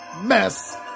mess